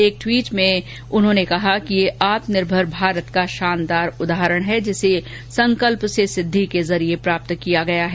एक टवीट में उन्होंने कहा कि यह आत्मनिर्भर भारत का शानदार उदाहरण है जिसे संकल्प से सिद्धि के जरिए प्राप्त किया गया है